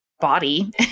body